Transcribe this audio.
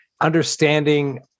understanding